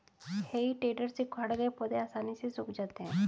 हेइ टेडर से उखाड़े गए पौधे आसानी से सूख जाते हैं